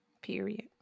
Period